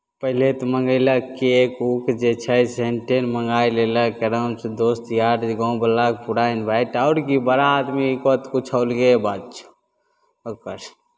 पहिले तऽ मङ्गयलक केक उक जे छै सेन टेन मङ्गाय लेलक एकदमसँ दोस्त यार गाँववलाके पूरा इनवाइट आओर कि बड़ा आदमीके तऽ किछु अलगे बात छै ओकर